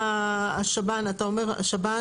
אתה אומר השב"ן,